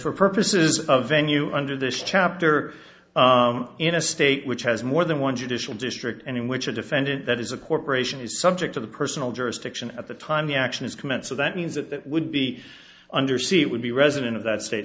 for purposes of venue under this chapter in a state which has more than one judicial district and in which a defendant that is a corporation is subject to the personal jurisdiction at the time the action is commence so that means that that would be under c it would be resident of that s